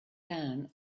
down